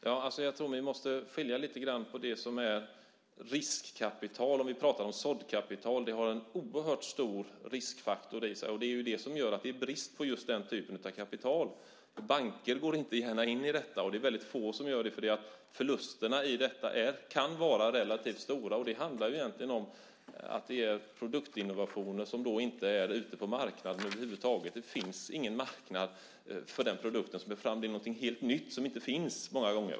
Herr talman! Jag tror att vi måste skilja lite på det som är riskkapital och det som är såddkapital, som ju är en oerhört stor riskfaktor. Det är det som gör att det är brist på just den typen av kapital. Banker går inte gärna in - ja, det är väldigt få som gör det. Förlusterna kan vara relativt stora. Det handlar om produktinnovationer som inte är ute på marknaden över huvud taget. Det finns ingen marknad för produkten. Det är någonting nytt som inte finns.